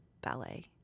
ballet